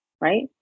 Right